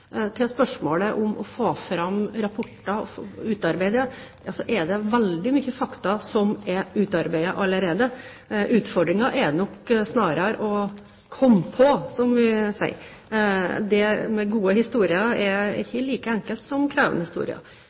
Til spørsmålet om å få fram og få utarbeidet rapporter: Det er veldig mye fakta som er utarbeidet allerede. Utfordringen er nok snarere å «komme på», som vi sier. Det med gode historier er ikke like enkelt som krevende historier.